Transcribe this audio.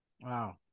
Wow